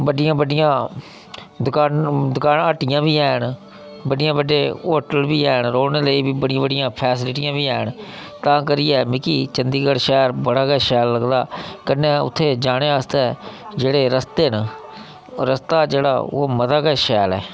बड्डियां बड्डियां दु दुकानां हट्टियां बी हैन बड्डे बड्डे होटल बी हैन रौह्नें लेई बड़ियां बड़ियां फैसीलीटियां बी हैन तां करियै मिगी चंडीगढ़ शैल बड़ा गै शैल लगदा कन्नै उत्थै जाने आस्तै जेह्ड़े रस्ते न ओह् रस्ता जेह्ड़ा ओह् मता गै शैल ऐ